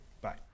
Bye